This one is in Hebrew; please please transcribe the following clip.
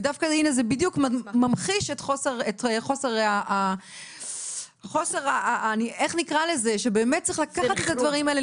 ודווקא זה ממחיש את זה שצריך לקחת את הדברים האלה,